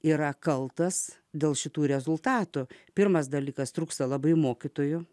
yra kaltas dėl šitų rezultatų pirmas dalykas trūksta labai mokytojų